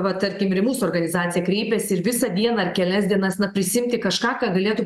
va tarkim ir į mūsų organizaciją kreipiasi ir visą dieną ar kelias dienas na prisiimti kažką ką galėtų